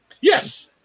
Yes